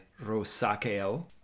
rosaceo